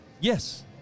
Yes